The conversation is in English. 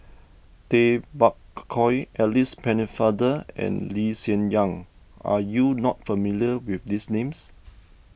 Tay Bak Koi Alice Pennefather and Lee Hsien Yang are you not familiar with these names